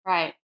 Right